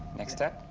next step.